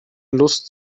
lust